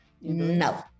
no